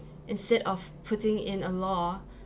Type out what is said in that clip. instead of putting in a law